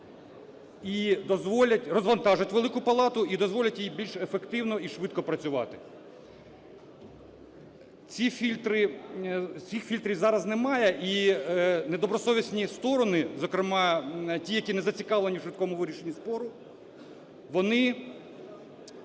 і дозволять розвантажити Велику Палату, і дозволять їй більш ефективно і швидко працювати. Цих фільтрів зараз немає і недобросовісні сторони, зокрема ті, які не зацікавлені в швидкому вирішенні спору. Вони